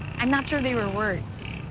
i'm not sure they were words.